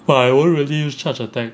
but I won't really use charged attack